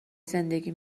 زندگی